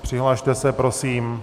Přihlaste se prosím.